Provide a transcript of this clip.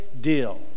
deal